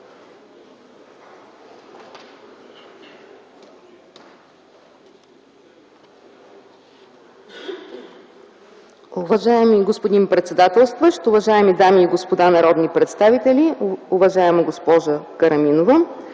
Уважаеми господин председателстващ, уважаеми дами и господа народни представители, уважаема госпожо Караминова.